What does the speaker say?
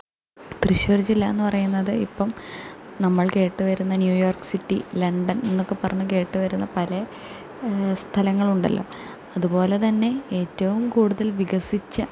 തൃശ്ശൂർ ജില്ലയെന്നു പറയുന്നത് ഇപ്പം നമ്മൾ കേട്ടുവരുന്ന ന്യൂയോർക് സിറ്റി ലണ്ടൻ എന്നൊക്കെ പറഞ്ഞു കേട്ട് വരുന്ന പലെ സ്ഥലങ്ങളുണ്ടല്ലൊ അതുപോലെതന്നെ ഏറ്റവും കൂടുതൽ വികസിച്ച